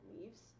leaves